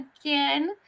again